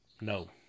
No